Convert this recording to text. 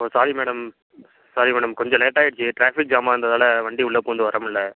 ஓ sorry madam sorry madam கொஞ்சம் லேட்டாக ஆயிடுச்சு டிராஃபிக் ஜாமாக இருந்ததால் வண்டி உள்ள பூகுந்து வர முடியல